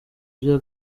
vya